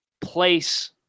place